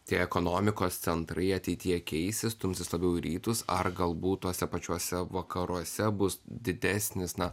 tie ekonomikos centrai ateityje keisis stumsis labiau į rytus ar galbūt tuose pačiuose vakaruose bus didesnis na